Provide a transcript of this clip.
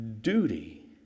duty